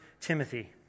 Timothy